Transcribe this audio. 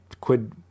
quid